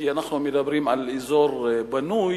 כי אנחנו מדברים על אזור בנוי,